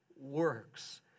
works